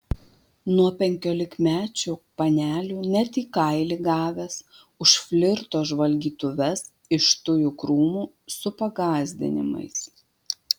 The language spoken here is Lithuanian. nuo penkiolikmečių panelių net į kailį gavęs už flirto žvalgytuves iš tujų krūmų su pagąsdinimais